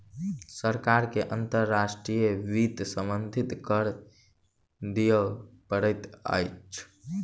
सरकार के अंतर्राष्ट्रीय वित्त सम्बन्धी कर दिअ पड़ैत अछि